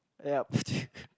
yup